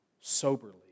soberly